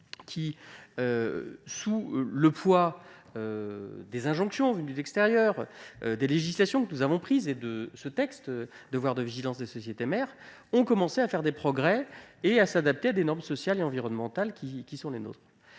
qui, sous le poids des injonctions venues de l'extérieur et des législations adoptées, notamment ce texte relatif au devoir de vigilance des sociétés mères, ont commencé à faire des progrès et à s'adapter aux normes sociales et environnementales qui sont les nôtres.